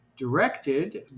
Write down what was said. directed